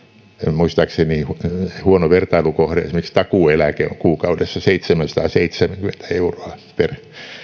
muistaakseni huono vertailukohde esimerkiksi takuueläke on kuukaudessa seitsemänsataaseitsemänkymmentä euroa per